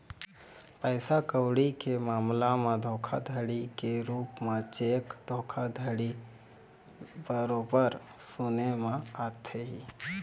पइसा कउड़ी के मामला म धोखाघड़ी के रुप म चेक धोखाघड़ी बरोबर सुने म आथे ही